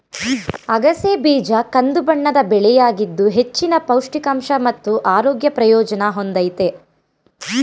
ಅಗಸೆ ಬೀಜ ಕಂದುಬಣ್ಣದ ಬೆಳೆಯಾಗಿದ್ದು ಹೆಚ್ಚಿನ ಪೌಷ್ಟಿಕಾಂಶ ಮತ್ತು ಆರೋಗ್ಯ ಪ್ರಯೋಜನ ಹೊಂದಯ್ತೆ